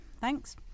thanks